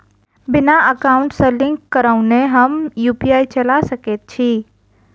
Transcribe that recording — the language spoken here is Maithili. बिना एकाउंट सँ लिंक करौने हम यु.पी.आई चला सकैत छी?